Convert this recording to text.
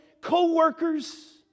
co-workers